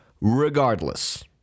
regardless